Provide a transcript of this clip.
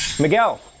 Miguel